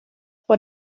vor